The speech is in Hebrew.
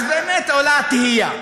אז עולה באמת התהייה,